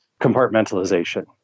compartmentalization